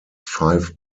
five